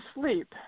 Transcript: sleep